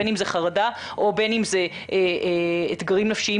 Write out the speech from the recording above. בין אם זה חרדה או בין אם זה אתגרים נפשיים